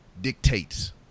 dictates